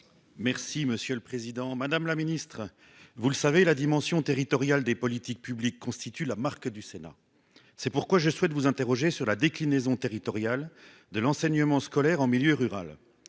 de la jeunesse. Madame la secrétaire d'État, vous le savez, la dimension territoriale des politiques publiques constitue la marque du Sénat. C'est pourquoi je souhaite vous interroger sur la déclinaison territoriale de l'enseignement scolaire en milieu rural.